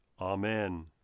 Amen